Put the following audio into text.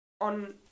on